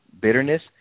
bitterness